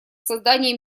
создании